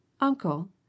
Uncle